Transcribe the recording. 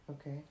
Okay